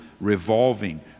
revolving